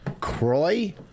Croy